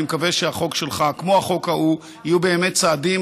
אני מקווה שהחוק שלך והחוק ההוא יהיו באמת צעדים